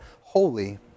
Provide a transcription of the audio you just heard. Holy